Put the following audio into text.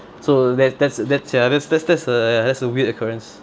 so that that's that's ya that's that's that's a uh that's a weird occurrence